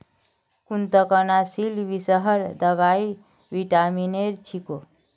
कृन्तकनाशीर विषहर दवाई विटामिनेर छिको